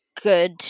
good